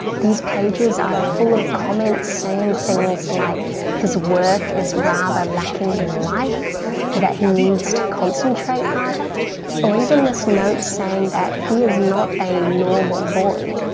these pages are full of comments saying things like his work is rather lacking in life or that he needs to concentrate harder or even this note saying that he is not a normal boy.